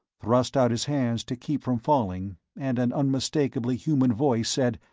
thrust out his hands to keep from falling, and an unmistakably human voice said,